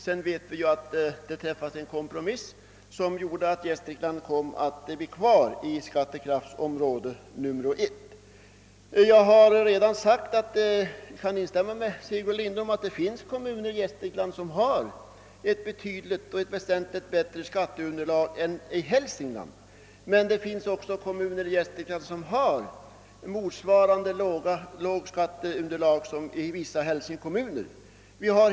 Vi vet att det sedan träffades en kompromiss som medförde att Gästrikland kom att bli kvar i skattekraftsområde 1. Men Sigurd Lindholm intog ju redan 1965 en negativ ståndpunkt i den här frågan och kämpar fortfarande på den linjen. Jag kan instämma med herr Lindholm i att det finns kommuner i Gästrikland som har ett väsentligt bättre skatteunderlag än vissa kommuner i Hälsingland, men det finns också kommuner i Gästrikland som har lika lågt skatteunderlag som vissa hälsingekommuner.